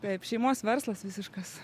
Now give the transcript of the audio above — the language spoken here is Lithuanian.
taip šeimos verslas visiškas